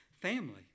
family